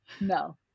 No